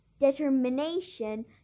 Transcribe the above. determination